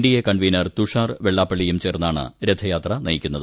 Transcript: DA convener Tushar വെള്ളാപ്പള്ളിയും ചേർന്നാണ് ഉഥ്യാത്ര നയിക്കുന്നത്